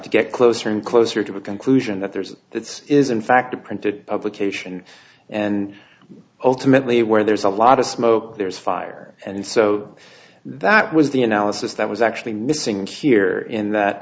to get closer and closer to a conclusion that there's that is in fact a printed publication and ultimately where there's a lot of smoke there's fire and so that was the analysis that was actually missing here in that